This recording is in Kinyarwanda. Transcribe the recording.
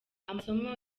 amasomo